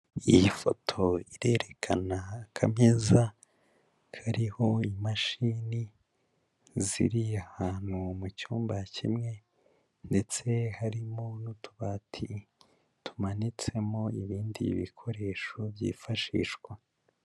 Iyi foto irerekana akameza kariho imashini ziri ahantu mu cyumba kimwe ndetse harimo n'utubati tumanitsemo ibindi bikoresho byifashishwa.